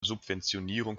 subventionierung